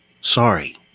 Sorry